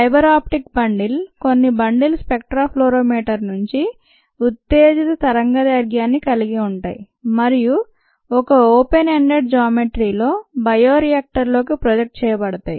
fibre optic bundle కొన్ని bundle spectrofluorimeter నుండి ఉత్తేజిత తరంగదైర్ఘాన్ని కలిగి ఉంటాయి మరియు ఒక ఓపెన్ ఎండెడ్ జ్యామెట్రీ లో బయోరియాక్టర్లోకి ప్రొజెక్ట్ చేయబడతాయి